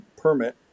permit